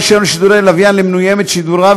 ולבעל רישיון לשידורי לוויין להעביר למנוייהם את שידוריו